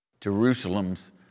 Jerusalem's